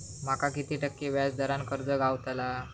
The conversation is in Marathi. माका किती टक्के व्याज दरान कर्ज गावतला?